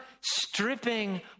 stripping